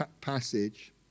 passage